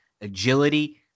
agility